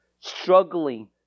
struggling